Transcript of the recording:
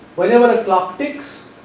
whenever a clock ticks,